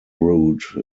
route